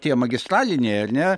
tie magistraliniai ar ne